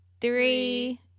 Three